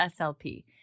SLP